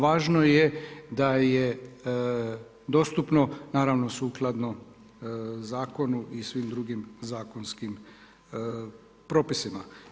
Važno je da je dostupno, naravno sukladno zakonu i svim drugim zakonskim propisima.